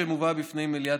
בנוסף,